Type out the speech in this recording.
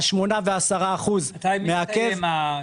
וה-8% וה-10% מעכבים --- מתי זה מסתיים?